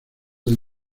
del